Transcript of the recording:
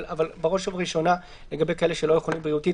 אבל בראש ובראשונה לגבי כאלה שלא יכולים בריאותית,